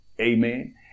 Amen